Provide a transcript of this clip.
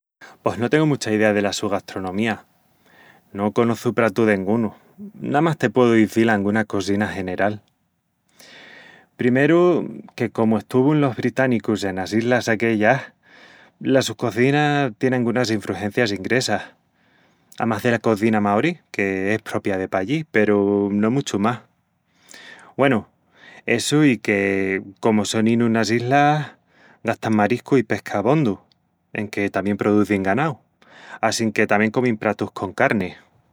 Pos no tengu mucha idea dela su gastronomía, no conoçu pratu dengunu, Namás te pueu dizil anguna cosina general... Primeru, que comu estuvun los británicus enas islas aquellas, la su cozina tien angunas infrugencias ingresas, amás dela cozina maorí, que es propia de pallí, peru no muchu más... Güenu, essu i que, comu sonin unas islas, gastan mariscu i pesca abondu, enque tamién produzin ganau, assinque tamién comin pratus con carni.